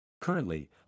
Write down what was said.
Currently